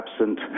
absent